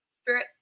spirit